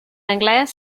anglès